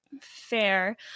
fair